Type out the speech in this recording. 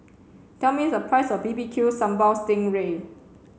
tell me the price of B B Q Sambal Sting Ray